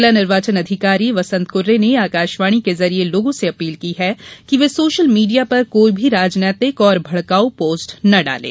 जिला निर्वाचन अधिकारी वसंत कुर्रे ने आकाशवाणी के जरिए लोगों से अपील की है कि वे सोशल मीडिया पर कोई भी राजनीतिक और भडकाऊ पोस्ट न डाले